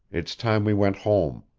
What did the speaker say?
it's time we went home.